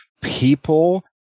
people